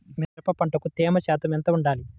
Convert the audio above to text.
మిరప పంటకు ఎంత తేమ శాతం వుండాలి?